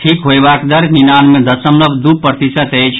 ठीक होयबाक दर निन्यानवे दशमलव दू प्रतिशत अछि